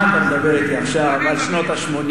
מה אתה מדבר אתי עכשיו על שנות ה-80?